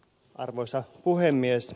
arvoisa puhemies